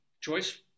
Joyce